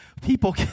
People